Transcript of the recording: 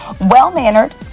Well-mannered